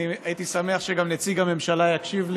הייתי שמח שגם נציג הממשלה יקשיב לי.